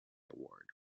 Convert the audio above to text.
award